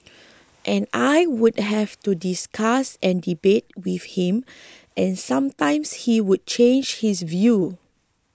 and I would have to discuss and debate with him and sometimes he would change his view